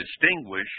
distinguish